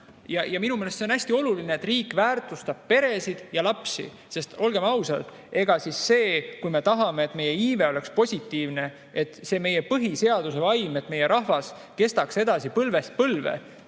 Minu meelest see on hästi oluline, et riik väärtustab peresid ja lapsi. Olgem ausad, kui me tahame, et meie iive oleks positiivne, et [püsiks] meie põhiseaduse vaim, et meie rahvas kestaks edasi põlvest põlve,